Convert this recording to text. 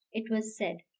it was said,